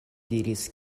diris